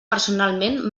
personalment